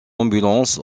ambulance